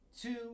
two